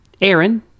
Aaron